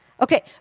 Okay